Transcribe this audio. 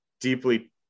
deeply